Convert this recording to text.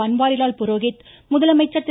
பன்வாரிலால் புரோஹித் முதலமைச்சர் திரு